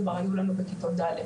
כבר היו לנו בכיתות ד',